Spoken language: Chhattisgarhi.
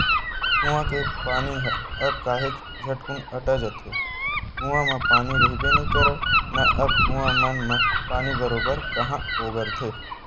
कुँआ के पानी ह अब काहेच झटकुन अटा जाथे, कुँआ म पानी रहिबे नइ करय ना अब कुँआ मन म पानी बरोबर काँहा ओगरथे